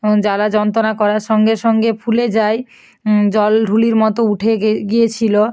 এবং জ্বালা যন্ত্রণা করার সঙ্গে সঙ্গে ফুলে যায় জল ঢুলির মতো উঠে গে গিয়েছিল